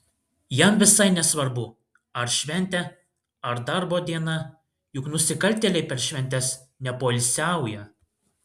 jam visai nesvarbu ar šventė ar darbo diena juk nusikaltėliai per šventes nepoilsiauja